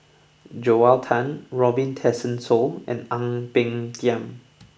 Joel Tan Robin Tessensohn and Ang Peng Tiam